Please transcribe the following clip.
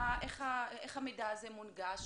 איך המידע הזה מונגש?